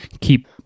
keep